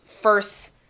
first